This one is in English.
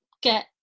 get